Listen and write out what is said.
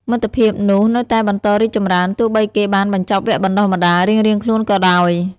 មិត្តភាពនោះនៅតែបន្តរីកចម្រើន ទោះបីគេបានបញ្ចប់វគ្គបណ្តុះបណ្ដាលរៀងៗខ្លួនក៏ដោយ។។